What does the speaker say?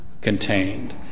contained